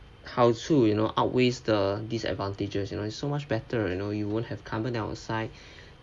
好处 you know outweighs the disadvantages you know it's so much better you know you won't have carbon dioxide